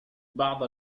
بعض